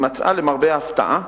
היא מצאה, למרבה ההפתעה,